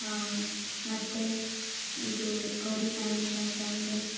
ಮತ್ತೆ ಇದು ಗೌರಿ ಗಣೇಶ ಬಂದರೆ